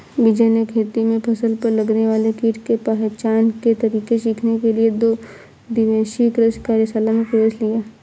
विजय ने खेती में फसल पर लगने वाले कीट के पहचान के तरीके सीखने के लिए दो दिवसीय कृषि कार्यशाला में प्रवेश लिया